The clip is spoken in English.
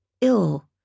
ill